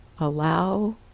allow